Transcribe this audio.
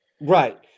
Right